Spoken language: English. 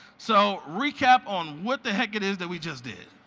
so recap on what the heck it is that we just did.